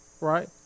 right